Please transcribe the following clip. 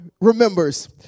remembers